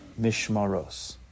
Mishmaros